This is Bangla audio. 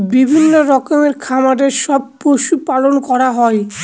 বিভিন্ন রকমের খামারে সব পশু পালন করা হয়